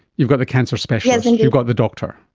you've got the cancer specialist, and you've got the doctor.